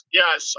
yes